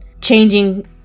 changing